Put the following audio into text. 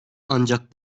ancak